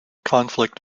conflict